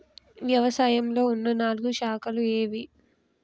వ్యవసాయంలో ఉన్న నాలుగు శాఖలు ఏవి?